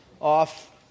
off